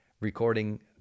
recording